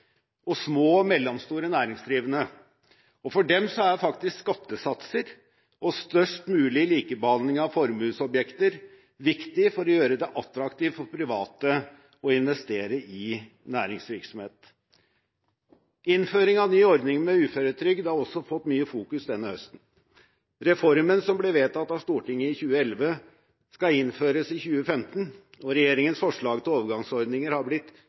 og små og mellomstore næringsdrivende. For dem er faktisk skattesatser og størst mulig likebehandling av formuesobjekter viktig for å gjøre det attraktivt for private å investere i næringsvirksomhet. Innføring av ny ordning med uføretrygd har også fått sterk fokusering denne høsten. Reformen, som ble vedtatt av Stortinget i 2011, skal innføres i 2015, og regjeringens forslag til overgangsordninger har